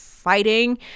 Fighting